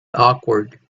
awkward